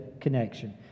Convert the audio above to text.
connection